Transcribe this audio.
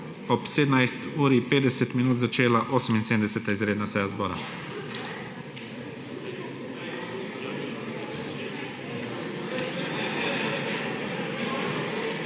ob 17.50 uri začela 78. izredna seja zbora.